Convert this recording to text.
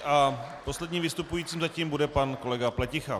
A posledním vystupujícím zatím bude pan kolega Pleticha.